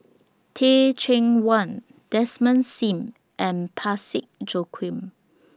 Teh Cheang Wan Desmond SIM and Parsick Joaquim